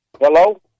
Hello